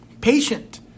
patient